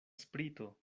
sprito